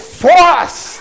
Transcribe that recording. force